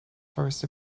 first